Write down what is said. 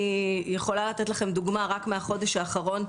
אני יכולה לתת לכם דוגמה מהחודש האחרון.